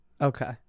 okay